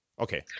Okay